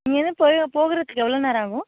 இங்கேயிருந்து போகிறதுக்கு எவ்வளோ நேரம் ஆகும்